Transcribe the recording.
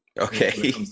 Okay